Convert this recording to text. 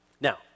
Now